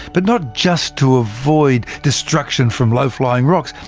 but not just to avoid destruction from low-flying rocks,